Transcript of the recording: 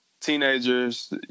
teenagers